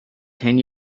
ten